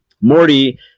Morty